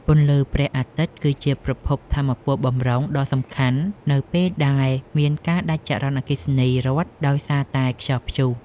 ពន្លឺព្រះអាទិត្យ គឺជាប្រភពថាមពលបម្រុងដ៏សំខាន់នៅពេលដែលមានការដាច់ចរន្តអគ្គិសនីរដ្ឋដោយសារតែខ្យល់ព្យុះ។